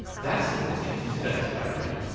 that's the question in today's programme.